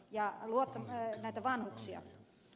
ja luotan näitä vanhuksia